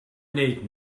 wneud